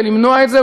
למנוע את זה,